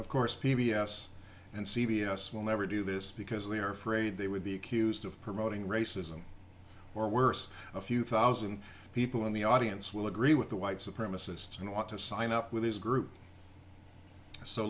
of course p b s and c b s will never do this because they are afraid they would be accused of promoting racism or worse a few thousand people in the audience will agree with the white supremacists and want to sign up with his group so